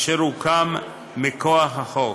אשר הוקם מכוח החוק.